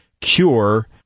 cure –